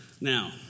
now